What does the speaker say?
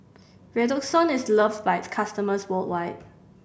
Redoxon is loved by its customers worldwide